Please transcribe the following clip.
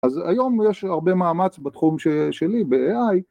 ‫אז היום יש הרבה מאמץ ‫בתחום שלי, ב-AI.